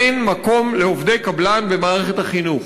אין מקום לעובדי קבלן במערכת החינוך.